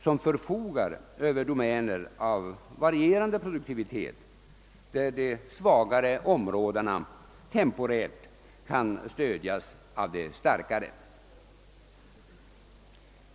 Staten förfogar över domäner av varierande produktivitet, där de svagare områdena temporärt kan stödas av de starkare.